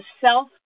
self